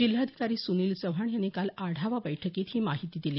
जिल्हाधिकारी सुनील चव्हाण यांनी काल आढावा बैठकीत ही माहिती दिली